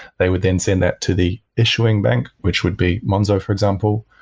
they would then send that to the issuing bank, which would be monzo, for example,